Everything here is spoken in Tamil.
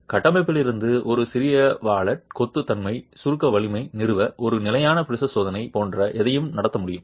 கட்டமைப்பிலிருந்து ஒரு சிறிய வாலெட் கொத்து தன்னை சுருக்க வலிமையை நிறுவ ஒரு நிலையான ப்ரிஸம் சோதனை போன்ற எதையும் நடத்த முடியும்